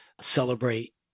celebrate